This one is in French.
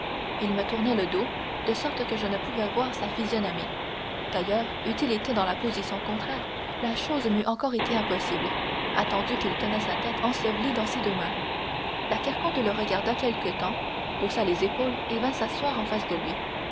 il me tournait le dos de sorte que je ne pouvais voir sa physionomie d'ailleurs eût-il été dans la position contraire la chose m'eût encore été impossible attendu qu'il tenait sa tête ensevelie dans ses deux mains la carconte le regarda quelque temps haussa les épaules et vint s'asseoir en face de lui